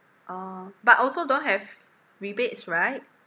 orh but also don't have rebates right